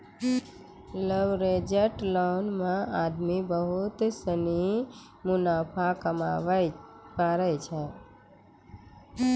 leveraged loan मे आदमी बहुत सनी मुनाफा कमाबै पारै छै